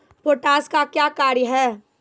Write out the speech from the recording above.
Potash का क्या कार्य हैं?